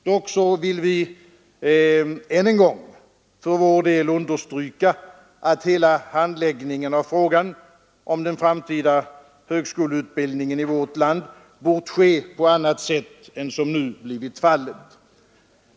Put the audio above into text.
Dock vill vi än en gång för vår del understryka att hela handläggningen av frågan om den framtida högskoleutbildningen i vårt land bort ske på annat sätt än som nu blivit fallet.